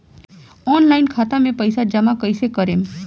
Online खाता मे पईसा जमा कइसे करेम?